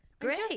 great